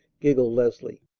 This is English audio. giggled leslie.